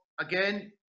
again